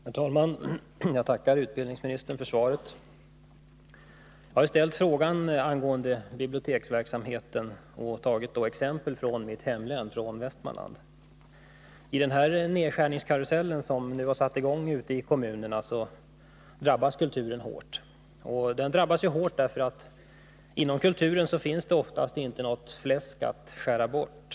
Herr talman! Jag tackar utbildningsministern för svaret. Jag hade ställt frågan om biblioteksverksamheten och tagit exempel från mitt hemlän Västmanland. I den nedskärningskarusell som nu har satts i gång ute i kommunerna drabbas kulturen hårt. Den drabbas hårt därför att det inom kulturen oftast inte finns något fläsk att skära bort.